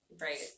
Right